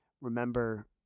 remember